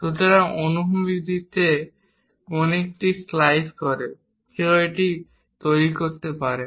সুতরাং অনুভূমিক দিক থেকে কনিকটি স্লাইস করে কেউ এটি তৈরি করতে পারে